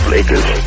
Lakers